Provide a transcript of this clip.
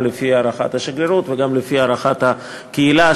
גם לפי הערכת השגרירות וגם לפי הערכת הקהילה,